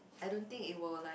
I don't think it will like